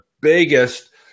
biggest